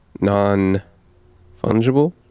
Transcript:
non-fungible